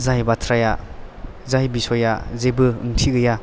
जाय बाथ्राया जाय बिसयआ जेबो ओंथि गैया